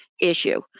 issue